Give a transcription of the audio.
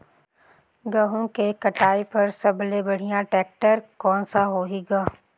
गहूं के कटाई पर सबले बढ़िया टेक्टर कोन सा होही ग?